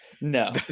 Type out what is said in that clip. no